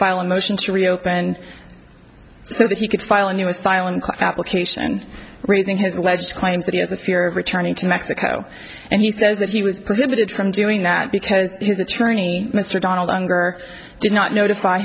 file a motion to reopen so that he could file a new asylum class application raising his alleged claims that he has a fear of returning to mexico and he says that he was prohibited from doing that because his attorney mr donald unger did not notify